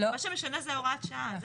מה שמשנה זאת הוראת השעה.